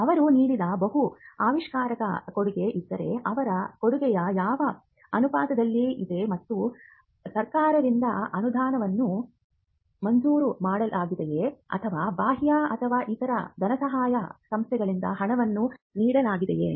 ಅವರು ನೀಡಿದ ಬಹು ಆವಿಷ್ಕಾರಕರ ಕೊಡುಗೆ ಇದ್ದರೆ ಅವರ ಕೊಡುಗೆಯೂ ಯಾವ ಅನುಪಾತದಲ್ಲಿ ಇದೆ ಮತ್ತು ಸರ್ಕಾರದಿಂದ ಅನುದಾನವನ್ನು ಮಂಜೂರು ಮಾಡಲಾಗಿದೆಯೇ ಅಥವಾ ಬಾಹ್ಯ ಅಥವಾ ಇತರ ಧನಸಹಾಯ ಸಂಸ್ಥೆಗಳಿಂದ ಹಣವನ್ನು ನೀಡಲಾಗಿದೆಯೇ